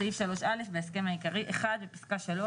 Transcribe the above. בסעיף 3.א בהסכם העיקרי 1. בפסקה 3,